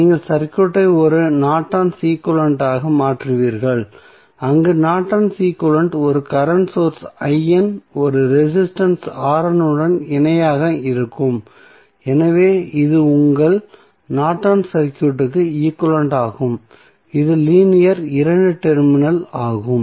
நீங்கள் சர்க்யூட்டை ஒரு நார்டன்ஸ் ஈக்வலன்ட் ஆக Nortons equivalent மாற்றுவீர்கள் அங்கு நார்டன்ஸ் ஈக்வலன்ட் ஒரு கரண்ட் சோர்ஸ் ஒரு ரெசிஸ்டன்ஸ் உடன் இணையாக இருக்கும் எனவே இது உங்கள் நார்டன்ஸ் சர்க்யூட்க்கு ஈக்வலன்ட் ஆகும் இது லீனியர் இரண்டு டெர்மினல் ஆகும்